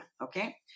okay